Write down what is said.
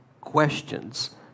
questions